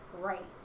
right